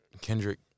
Kendrick